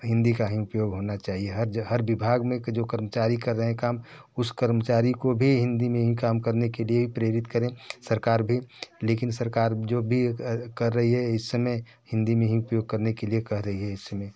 हिंदी का ही उपयोग होना चाहिए हर विभाग में के जो कर्मचारी कर रहे है काम उस कर्मचारी को भी हिंदी में ही काम करने के लिए प्रेरित करें सरकार भी लेकिन सरकार जो भी कर रही है इस समय हिंदी में ही उपयोग करने के लिए कह रही है